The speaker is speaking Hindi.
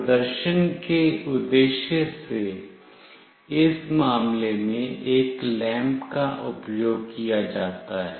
प्रदर्शन के उद्देश्य से इस मामले में एक लैंप बल्ब का उपयोग किया जाता है